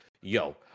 Yo